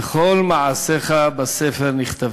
וכל מעשיך בספר נכתבין".